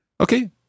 Okay